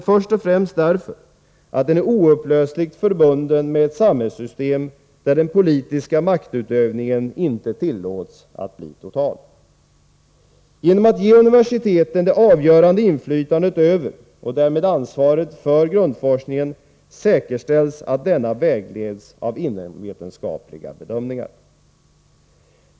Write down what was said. Orsaken till det är först och främst att den är oupplösligt förbunden med ett samhällssystem där den politiska maktutövningen inte tillåts att bli total. Genom att ge universiteten det avgörande inflytandet över grundforskningen, och därmed ansvaret för den, säkerställs att denna vägleds av inomvetenskapliga bedömningar.